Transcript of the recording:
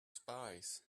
spies